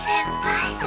Bye